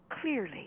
clearly